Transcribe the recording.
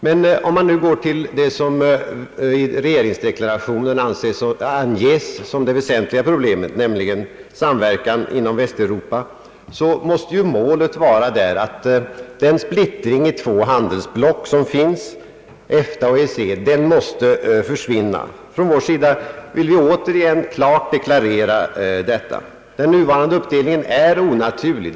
Vad beträffar det som i regerings deklarationen anges vara det väsentliga problemet, nämligen samverkan inom Västeuropa, måste ju målet vara att splittringen i två handesblock — EFTA och EEC — skall försvinna. Från vår sida vill vi återigen klart deklarera detta. Den nuvarande uppdelningen är onaturlig.